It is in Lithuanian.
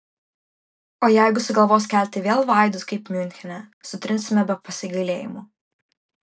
o jeigu sugalvos kelti vėl vaidus kaip miunchene sutrinsime be pasigailėjimo